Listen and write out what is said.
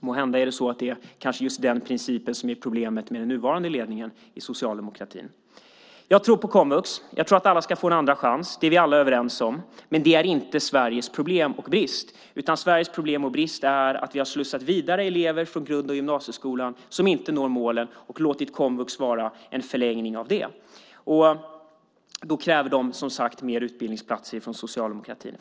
Måhända är det kanske just den principen som är problemet med den nuvarande ledningen i socialdemokratin. Jag tror på komvux. Jag vill att alla ska få en andra chans. Det är vi alla överens om. Men det är inte Sveriges problem och brist. Sveriges problem och brist är att vi har slussat vidare elever från grund och gymnasieskolan som inte når målen och låtit komvux vara en förlängning av det. Då kräver man mer utbildningsplatser från socialdemokratin.